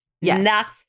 Yes